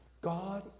God